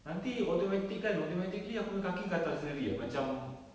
nanti automatic kan automatically aku punya kaki gatal sendiri [tau] macam